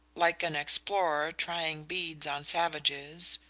like an explorer trying beads on savages